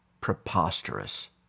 preposterous